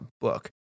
book